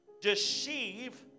deceive